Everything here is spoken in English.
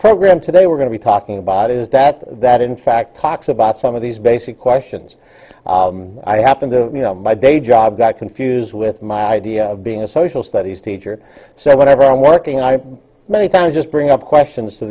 program today we're going to be talking about is that that in fact talks about some of these basic questions i happen to you know my day job got confused with my idea of being a social studies teacher so whatever i'm working i many times just bring up questions to